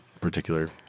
particular